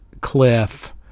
Cliff